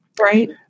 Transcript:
Right